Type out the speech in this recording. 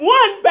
one